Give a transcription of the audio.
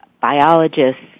biologists